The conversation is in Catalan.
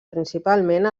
principalment